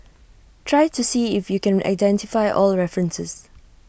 try to see if you can identify all references